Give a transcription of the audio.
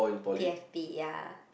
P S P ya